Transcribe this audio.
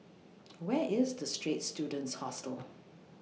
Where IS The Straits Students Hostel